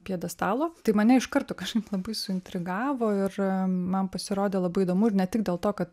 pjedestalo tai mane iš karto kažkaip labai suintrigavo ir man pasirodė labai įdomu ir ne tik dėl to kad